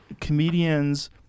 comedians